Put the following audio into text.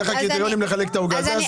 מהם הקריטריונים לחלק את העוגה.